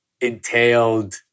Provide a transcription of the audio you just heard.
entailed